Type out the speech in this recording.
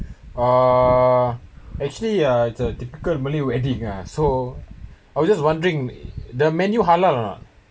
uh actually uh the typical malay wedding ah so I was just wondering the menu halal or not